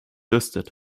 listed